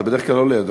אתה בדרך כלל לא לידו.